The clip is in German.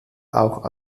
auch